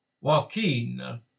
Joaquin